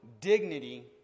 dignity